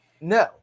No